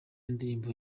indirimbo